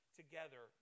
together